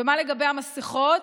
ומה לגבי מסכות,